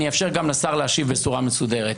אני אאפשר גם לשר להשיב בצורה מסודרת.